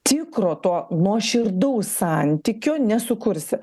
tikro to nuoširdaus santykio nesukursi